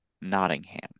Nottingham